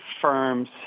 firms